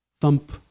Thump